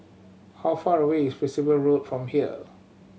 how far away is Percival Road from here